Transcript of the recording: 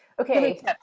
Okay